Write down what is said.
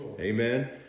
Amen